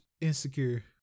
insecure